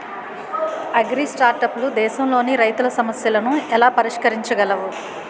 అగ్రిస్టార్టప్లు దేశంలోని రైతుల సమస్యలను ఎలా పరిష్కరించగలవు?